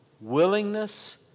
willingness